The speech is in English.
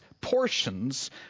portions